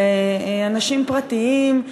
לאנשים פרטיים,